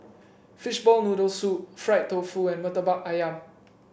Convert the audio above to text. Fishball Noodle Soup Fried Tofu and murtabak ayam